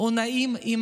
הוא נעים עם